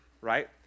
right